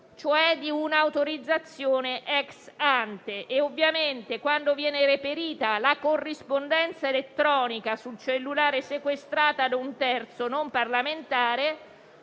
cioè di un'autorizzazione *ex ante* e ovviamente quando viene reperita la corrispondenza elettronica sul cellulare sequestrato ad un terzo non parlamentare